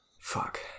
Fuck